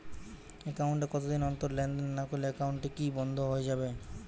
Account এ কতদিন অন্তর লেনদেন না করলে একাউন্টটি কি বন্ধ হয়ে যাবে?